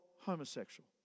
homosexual